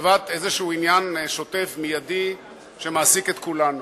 לטובת איזה עניין שוטף, מיידי, שמעסיק את כולנו.